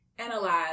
analyze